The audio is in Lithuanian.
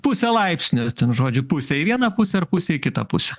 pusė laipsnio ten žodžiu pusė į vieną pusę ar pusė į kitą pusę